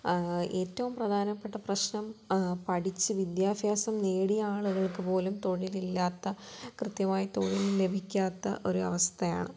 ഏറ്റവും പ്രധാനപ്പെട്ട പ്രശ്നം പഠിച്ച് വിദ്യാഭ്യാസം നേടിയ ആളുകൾക്ക് പോലും തൊഴിലില്ലാത്ത കൃത്യമായി തൊഴിൽ ലഭിക്കാത്ത ഒരു അവസ്ഥയാണ്